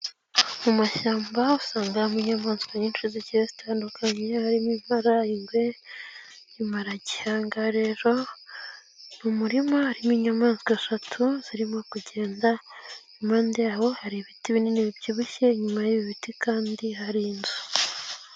Mu mashyamba usangamo inyamaswa nyinshi zigiye zitandukanye harimo impara, ingwe n'imparage. Ahangaha rero ni umurima harimo inyamaswa eshatu zirimo kugenda impande yaho hari ibiti binini bibyibushye inyuma y'ibi biti kandi hari inzu.